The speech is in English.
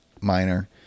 minor